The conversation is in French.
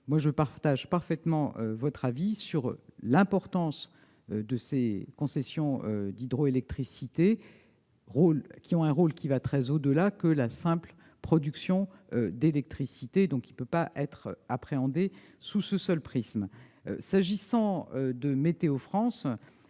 CNR. Je partage donc tout à fait votre avis sur l'importance de ces concessions d'hydroélectricité, dont le rôle va très au-delà de la simple production d'électricité, qui ne peut pas être appréhendée sous ce seul prisme. S'agissant de Météo France,